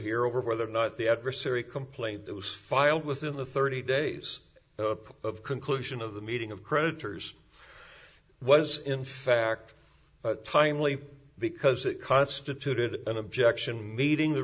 here over whether or not the adversary complaint that was filed within the thirty days of conclusion of the meeting of creditors was in fact timely because it constituted an objection meeting the